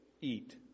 eat